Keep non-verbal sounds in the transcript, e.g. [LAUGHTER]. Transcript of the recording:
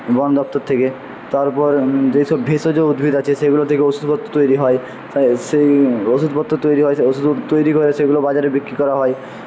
বনদপ্তর থেকে তারপর যে সব ভেষজ উদ্ভিদ আছে সেগুলো থেকে ওষুধপত্র তৈরি হয় সেই ওষুধপত্র তৈরি হয় [UNINTELLIGIBLE] ওষুধপত্র তৈরি করে সেগুলো বাজারে বিক্রি করা হয়